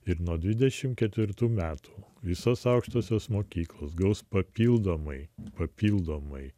ir nuo dvidešimt ketvirtų metų visos aukštosios mokyklos gaus papildomai papildomai